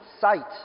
Sight